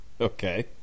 Okay